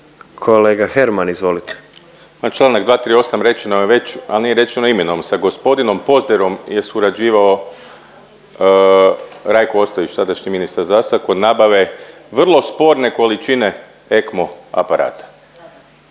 **Herman, Mislav (HDZ)** Ma čl. 238, rečeno je već ali nije rečeno imenom. Sa gospodinom Pozderom je surađivao Rajko Ostojić, sadašnji ministar zdravstva kod nabave vrlo sporne količine EKMO aparata.